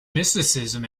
mysticism